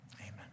amen